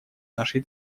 нашей